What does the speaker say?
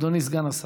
אדוני סגן השר.